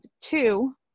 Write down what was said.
two